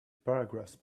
paragraphs